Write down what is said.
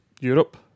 Europe